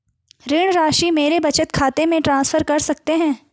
ऋण राशि मेरे बचत खाते में ट्रांसफर कर सकते हैं?